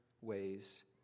ways